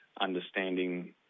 understanding